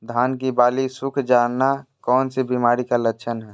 धान की बाली सुख जाना कौन सी बीमारी का लक्षण है?